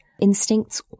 instincts